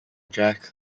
jacques